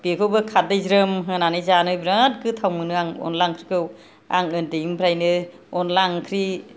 बेखौबो खारदै ज्रोम होनानै जानो बिराद गोथाव मोनो आं अनला ओंख्रिखौ आं उन्दैनिफ्रायनो अनला ओंख्रि